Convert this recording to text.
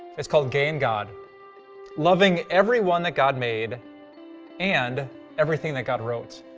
it's called gay and god loving everyone that god made and everything that god wrote.